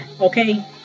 okay